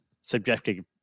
subjective